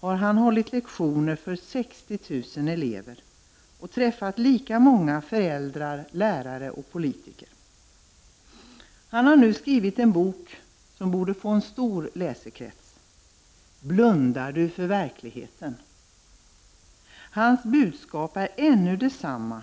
har han hållit lektioner för 60000 elever och träffat lika många föräldrar, lärare och politiker. Han har nu skrivit en bok som borde få en stor läsekrets: Blundar du för verkligheten? Hans budskap är ännu detsamma.